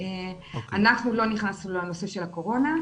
אנחנו לא נכנסנו לנושא של הקורונה.